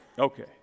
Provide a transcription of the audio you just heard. Okay